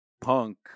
punk